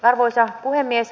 arvoisa puhemies